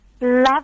love